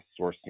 sourcing